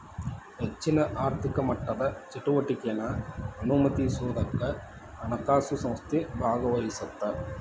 ಹೆಚ್ಚಿನ ಆರ್ಥಿಕ ಮಟ್ಟದ ಚಟುವಟಿಕೆನಾ ಅನುಮತಿಸೋದಕ್ಕ ಹಣಕಾಸು ಸಂಸ್ಥೆ ಭಾಗವಹಿಸತ್ತ